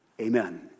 Amen